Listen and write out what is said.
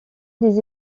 des